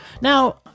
Now